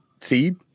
seed